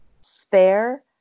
spare